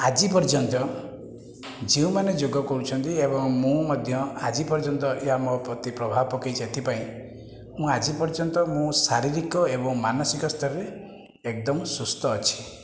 ଆଜି ପର୍ଯ୍ୟନ୍ତ ଯେଉଁମାନେ ଯୋଗ କରୁଛନ୍ତି ଏବଂ ମୁଁ ମଧ୍ୟ ଆଜି ପର୍ଯ୍ୟନ୍ତ ଏହା ମୋ ପ୍ରତି ପ୍ରଭାବ ପକାଇଛି ଏଥିପାଇଁ ମୁଁ ଆଜି ପର୍ଯ୍ୟନ୍ତ ମୁଁ ଶାରୀରିକ ଏବଂ ମାନସିକ ସ୍ତରରେ ଏକଦମ ସୁସ୍ଥ ଅଛି